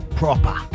proper